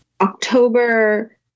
October